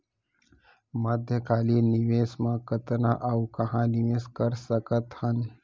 मध्यकालीन निवेश म कतना अऊ कहाँ निवेश कर सकत हन?